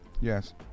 Yes